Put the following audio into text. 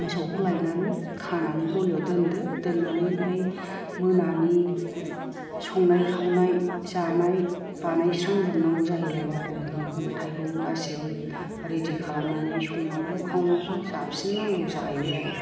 मोसौखौ लायनानै खानानै गलियाव दोनदो दोननानै ओमफ्राय मोनानि संनाय खावनाय जानाय बानायस्रांजोबनांगौ जाहैलायबाय आरो मैगं थाइगं गासिबो रेदि खालामनानै संनांगौ खावनांगौ जाफिननांगौ जाहैबाय आरो